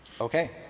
Okay